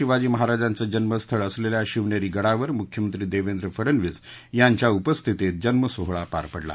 शिवाजी महाराजांचं जन्मस्थळ असलेल्या शिवनेरी गडावर मुख्यमंत्री देवेंद्र फडणवीस यांच्या उपस्थितीत जन्मसोहळा पार पडला